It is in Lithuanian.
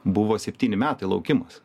buvo septyni metai laukimas